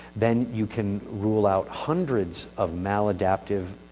then, you can rule out hundreds of maladaptive,